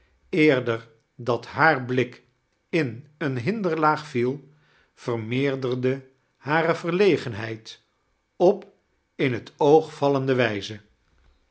dat haar blik in een hinderlaag viel vermeerderde hare verlegenhedd op in t oogvallende wijze